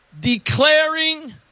Declaring